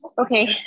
Okay